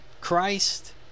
Christ